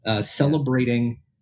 celebrating